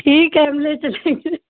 ठीक है हम ले चलेंगे